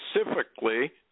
specifically